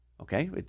okay